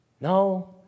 No